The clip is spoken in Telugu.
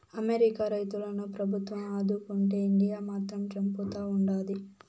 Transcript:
అమెరికా రైతులను ప్రభుత్వం ఆదుకుంటే ఇండియా మాత్రం చంపుతా ఉండాది